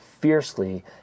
fiercely